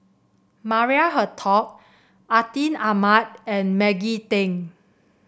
Maria Hertogh Atin Amat and Maggie Teng